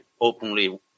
openly